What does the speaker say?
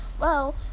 Well